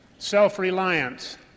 self-reliance